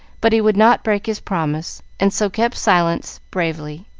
but he would not break his promise, and so kept silence bravely.